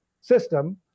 system